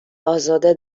ازاده